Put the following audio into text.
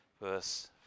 Verse